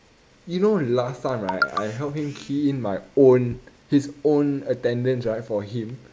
you know last time right I help him key in my own his own his attendance right for him